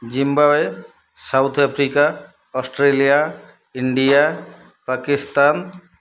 Zimbabwe South Africa Australia India Pakistan